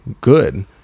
good